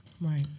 Right